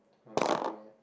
not not yet